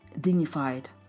dignified